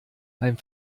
beim